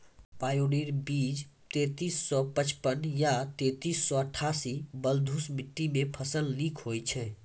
Pioneer बीज तेंतीस सौ पचपन या तेंतीस सौ अट्ठासी बलधुस मिट्टी मे फसल निक होई छै?